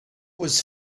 was